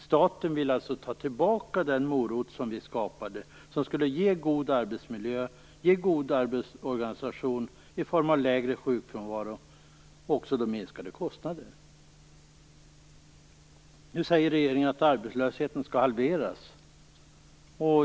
Staten vill alltså ta tillbaka den morot vi skapade, som skulle ge god arbetsmiljö och god arbetsorganisation i form av lägre sjukfrånvaro och därmed också minskade kostnader. Nu säger regeringen att arbetslösheten skall halveras.